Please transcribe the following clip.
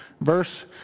verse